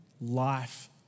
life